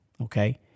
okay